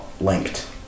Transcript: linked